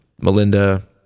Melinda